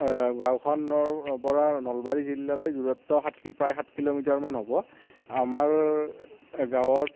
গাঁওখনৰ পৰা নলবাৰী জিলালৈ দূৰত্ব প্ৰায় সাত কিলোমিটাৰ মান হ'ব আমাত গাঁৱত